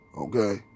Okay